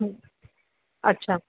हूं अच्छा